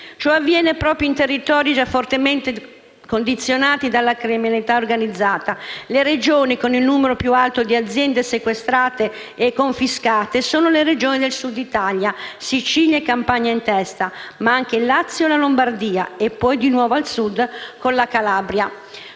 Ciò avviene proprio in territori già fortemente condizionati dalla criminalità organizzata: le Regioni con il numero più alto di aziende sequestrate e confiscate sono infatti quelle del Sud Italia, Sicilia e Campania in testa, ma anche il Lazio e la Lombardia, e poi di nuovo al Sud, con la Calabria.